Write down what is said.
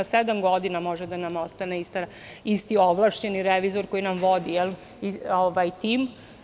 Sedam godina može da nam ostane isti ovlašćeni revizor koji nam vodi tim.